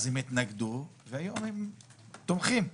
אז הם התנגדו והיום הם תומכים,